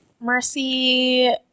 Mercy